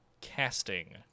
casting